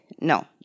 no